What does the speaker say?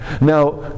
Now